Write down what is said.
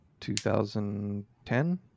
2010